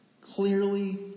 clearly